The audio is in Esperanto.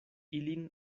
ilin